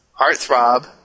Heartthrob